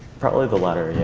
probably the latter, yeah.